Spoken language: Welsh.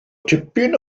tipyn